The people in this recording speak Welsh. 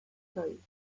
llwyd